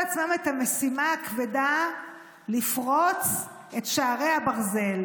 עצמם את המשימה הכבדה לפרוץ את שערי הברזל,